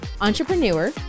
entrepreneur